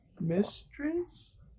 Mistress